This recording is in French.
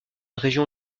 région